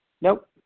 Nope